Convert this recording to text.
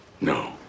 No